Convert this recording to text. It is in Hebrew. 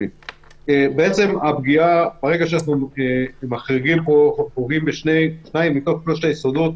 ברגע שמחריגים, פוגעים בשניים מתוך שלושת היסודות